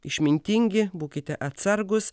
išmintingi būkite atsargūs